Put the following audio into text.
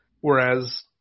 Whereas